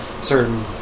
certain